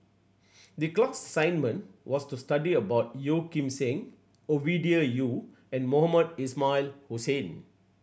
the class assignment was to study about Yeo Kim Seng Ovidia Yu and Mohamed Ismail Hussain